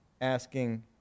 asking